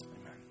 Amen